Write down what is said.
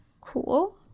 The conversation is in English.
Cool